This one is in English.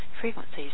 Frequencies